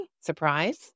Surprise